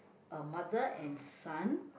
a mother and son